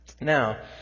now